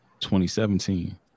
2017